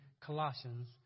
Colossians